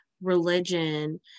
religion